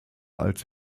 als